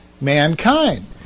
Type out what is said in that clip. mankind